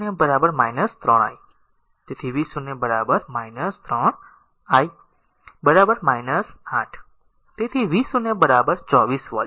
તેથી v0 3 i 8 તેથી v0 r 24 volt